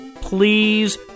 Please